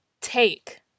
take